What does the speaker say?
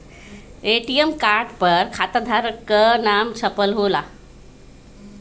ATM card पर खाताधारक क नाम छपल होला